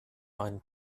einen